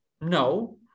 no